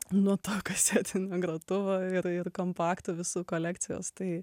nuo tą kasetinio grotuvo ir ir kompaktų visų kolekcijos tai